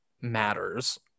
matters